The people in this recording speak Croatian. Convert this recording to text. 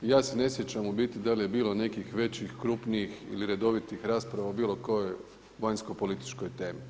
Ja se ne sjećam u biti da li je bilo nekih većih, krupnijih ili redovitih rasprava o bilo kojoj vanjskopolitičkoj temi.